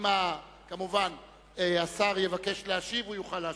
אם השר יבקש להשיב, הוא יוכל להשיב.